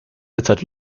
derzeit